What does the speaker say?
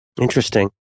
Interesting